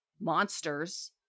monsters